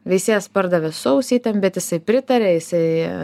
veisėjas pardavė su ausytėm bet jisai pritarė jisai